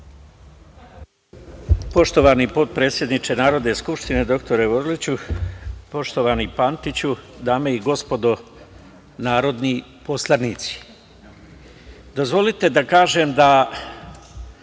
Poštovani potpredsedniče Narodne skupštine dr Orliću, poštovani Pantiću, dame i gospodo narodni poslanici, dozvolite da kažem da